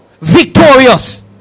victorious